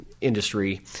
industry